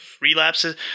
relapses